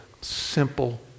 simple